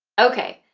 okay,